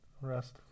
Rest